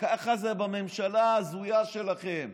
ככה זה בממשלה ההזויה שלכם.